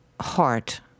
heart